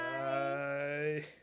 Bye